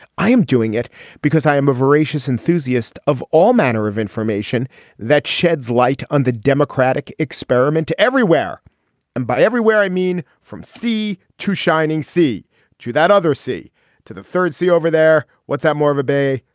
i am doing it because i am a voracious enthusiast of all manner of information that sheds light on the democratic experiment to everywhere and by everywhere i mean from sea to shining sea to that other sea to the third sea over there what's that more of a bay.